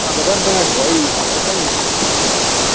ꯑꯥ brother ꯑꯝꯇ ꯉꯥꯏꯈꯣꯀꯣ ꯑꯩ ꯍꯥꯏꯐꯦꯠꯇꯪ ꯏꯁꯤꯜꯍꯧꯒꯦ